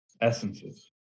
Essences